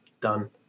done